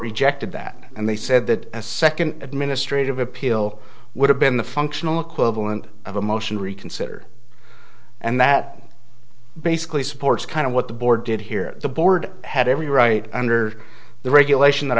rejected that and they said that a second administrative appeal would have been the functional equivalent of a motion to reconsider and that basically supports kind of what the board did here the board had every right under the regulation that